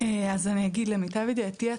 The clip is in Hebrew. אז אני אגיד למיטב ידיעתי,